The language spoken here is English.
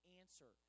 answer